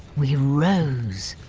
we rose.